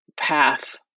path